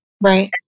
Right